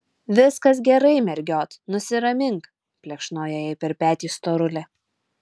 viskas gerai mergiot nusiramink plekšnojo jai per petį storulė